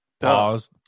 Pause